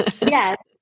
Yes